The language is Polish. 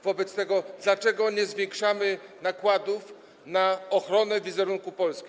Wobec tego dlaczego nie zwiększamy nakładów na ochronę wizerunku Polski?